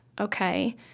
okay